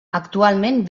actualment